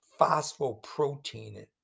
phosphoprotein